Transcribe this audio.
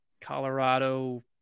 Colorado